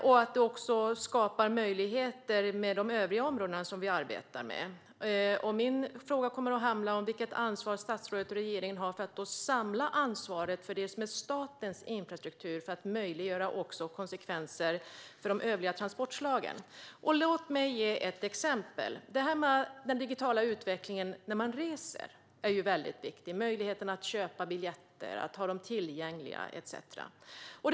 Det skapar också möjligheter inom övriga områden som vi arbetar med. Min fråga handlar om vilket ansvar som statsrådet och regeringen har för att samla ansvaret för det som är statens infrastruktur för att möjliggöra konsekvenser för övriga transportslag. Låt mig ge ett exempel. Digitaliseringen är mycket viktig när man reser - möjligheten att köpa biljetter och att ha dem tillgängliga och så vidare.